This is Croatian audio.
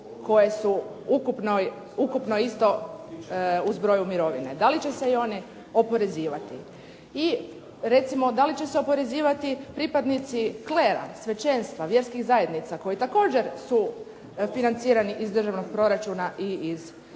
koje su ukupno isto u zbroju mirovine? Da li će se i one oporezivati? I recimo, da li će se oporezivati pripadnici klera, svećenstva, vjerskih zajednica? Koji također su financirani iz državnog proračuna i iz